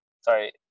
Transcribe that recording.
sorry